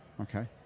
Okay